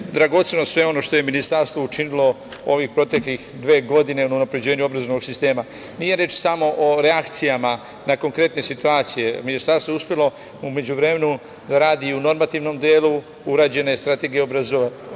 dragoceno sve ono što je ministarstvo učinilo ovih proteklih dve godine o unapređenju obrazovnog sistema. Nije reč samo o reakcijama na konkretne situacije, ministarstvo je uspelo u međuvremenu da radi u normativnom delu, urađena je strategija obrazovanja